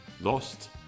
lost